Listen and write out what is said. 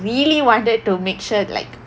really wanted to make sure like